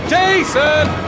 Jason